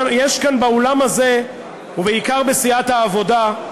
יש כאן באולם הזה, ובעיקר בסיעת העבודה,